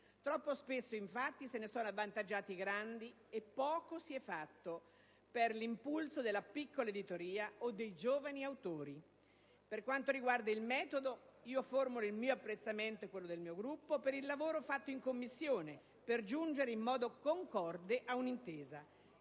Troppo spesso, infatti, se ne sono avvantaggiati i grandi e poco si è fatto per l'impulso della piccola editoria o dei giovani autori. Per quanto riguarda il metodo, formulo il mio apprezzamento e quello del mio Gruppo per il lavoro fatto in Commissione per giungere in modo concorde a un'intesa.